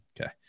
Okay